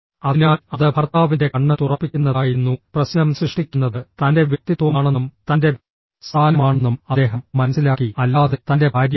അതിനാൽ അത് ഭർത്താവിന്റെ കണ്ണ് തുറപ്പിക്കുന്നതായിരുന്നു പ്രശ്നം സൃഷ്ടിക്കുന്നത് തൻ്റെ വ്യക്തിത്വമാണെന്നും തൻ്റെ സ്ഥാനമാണെന്നും അദ്ദേഹം മനസ്സിലാക്കി അല്ലാതെ തൻ്റെ ഭാര്യയല്ല